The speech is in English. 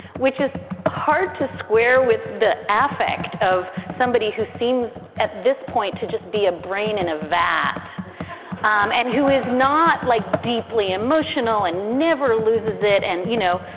which is hard to square with the affect of somebody who seems at this point to just be a brain in a vat um and who is not like deeply emotional and never loses it. and, you know,